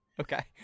Okay